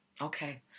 okay